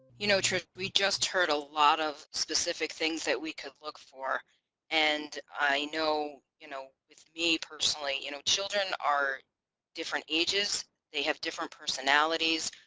you know trish we just heard a lot of specific things that we could look for and i know you know with me personally you know children are different ages they have different personalities